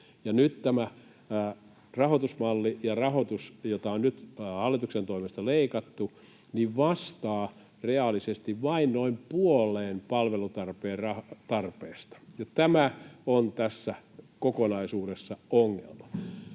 nyt tämä rahoitusmalli ja rahoitus, jota on nyt hallituksen toimesta leikattu, vastaa reaalisesti vain noin puoleen palvelutarpeen tarpeesta, ja tämä on tässä kokonaisuudessa ongelma.